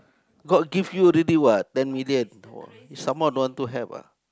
god give you already what ten million some more don't want to help ah